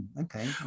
okay